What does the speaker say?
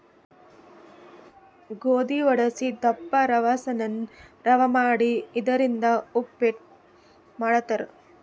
ಗೋಧಿ ವಡಸಿ ದಪ್ಪ ರವಾ ಸಣ್ಣನ್ ರವಾ ಮಾಡಿ ಇದರಿಂದ ಉಪ್ಪಿಟ್ ಮಾಡ್ತಾರ್